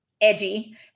edgy